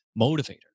motivator